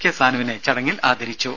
K സാനുവിനെ ചടങ്ങിൽ ആദരിച്ചു